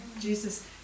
Jesus